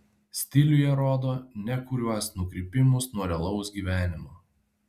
stiliuje rodo nekuriuos nukrypimus nuo realaus gyvenimo